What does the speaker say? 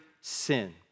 sin